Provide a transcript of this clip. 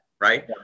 right